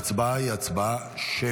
ההצבעה היא שמית.